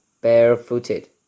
barefooted